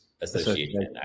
association